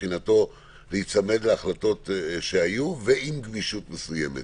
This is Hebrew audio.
מצדו וייצמד להחלטות שהיו עם גמישות מסוימת